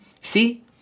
See